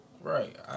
Right